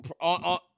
on